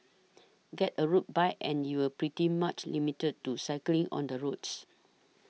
get a road bike and you're pretty much limited to cycling on the roads